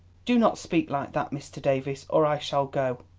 do not speak like that, mr. davies, or i shall go.